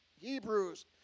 Hebrews